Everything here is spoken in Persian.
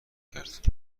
کرد